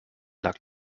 lag